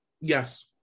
Yes